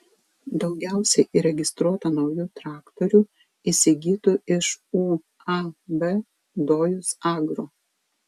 daugiausiai įregistruota naujų traktorių įsigytų iš uab dojus agro